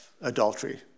adultery